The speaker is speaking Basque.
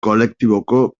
kolektiboko